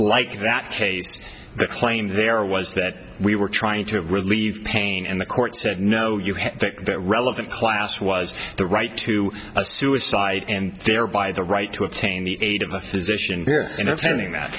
case the claim there was that we were trying to relieve pain and the court said no you think that relevant class was the right to a suicide and thereby the right to obtain the aid of a physician in attending that